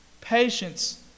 patience